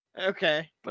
Okay